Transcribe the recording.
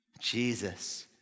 Jesus